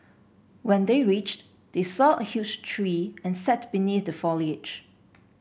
when they reached they saw a huge tree and sat beneath the foliage